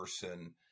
person